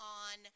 on